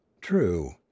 TRUE